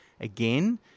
again